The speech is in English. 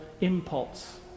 impulse